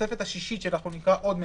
התוספת השישית שאנחנו נקרא עוד מעט,